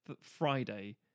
Friday